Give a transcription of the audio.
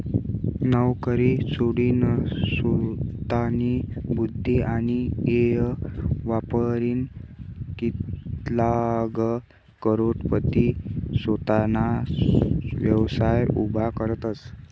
नवकरी सोडीनसोतानी बुध्दी आणि येय वापरीन कित्लाग करोडपती सोताना व्यवसाय उभा करतसं